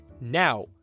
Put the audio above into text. Now